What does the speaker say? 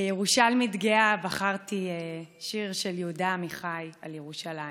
כירושלמית גאה בחרתי שיר של יהודה עמיחי על ירושלים,